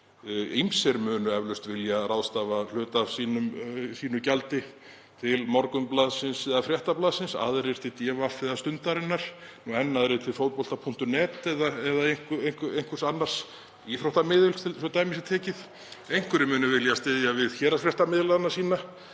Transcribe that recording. Ýmsir munu eflaust vilja ráðstafa hluta af sínu gjaldi til Morgunblaðsins eða Fréttablaðsins, aðrir til DV eða Stundarinnar og enn aðrir til fotbolti.net eða einhvers annars íþróttamiðils, svo að dæmi séu tekin. Einhverjir munu vilja styðja við héraðsfréttamiðlana sína.